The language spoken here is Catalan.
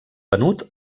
venut